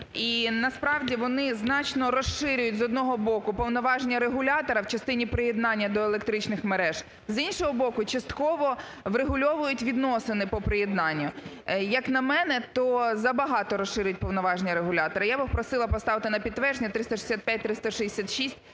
І насправді вони значно розширюють, з одного боку, повноваження регулятора в частині приєднання до електричних мереж, з іншого боку, частково врегульовують відносини по приєднанню. Як на мене, то забагато розширень повноважень регулятора. Я би просила поставити на підтвердження 365, 366